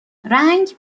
رنگ